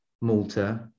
malta